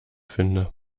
finde